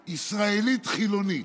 הישראלית-חילונית.